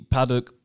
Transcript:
Paddock